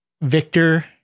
victor